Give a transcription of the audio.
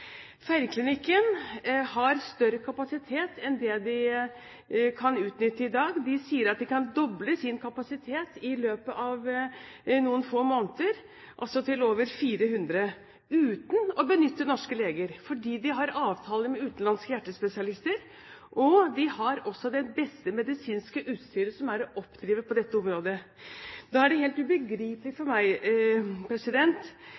Feiringklinikken har større kapasitet enn det de kan utnytte i dag. De sier at de kan doble sin kapasitet i løpet av noen få måneder – altså til over 400 – uten å benytte norske leger, fordi de har avtale med utenlandske hjertespesialister. Og de har også det beste medisinske utstyret som er å oppdrive på dette området. Da er det helt ubegripelig